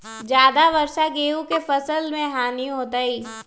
ज्यादा वर्षा गेंहू के फसल मे हानियों होतेई?